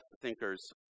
thinkers